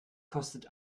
kostet